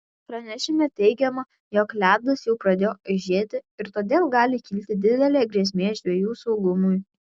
pranešime teigiama jog ledas jau pradėjo aižėti ir todėl gali kilti didelė grėsmė žvejų saugumui